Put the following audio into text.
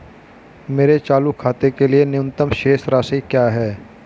मेरे चालू खाते के लिए न्यूनतम शेष राशि क्या है?